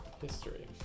history